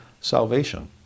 salvation